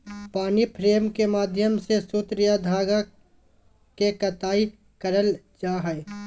पानी फ्रेम के माध्यम से सूत या धागा के कताई करल जा हय